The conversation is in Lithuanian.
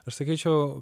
aš sakyčiau